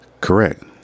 Correct